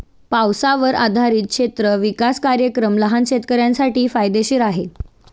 पावसावर आधारित क्षेत्र विकास कार्यक्रम लहान शेतकऱ्यांसाठी फायदेशीर आहे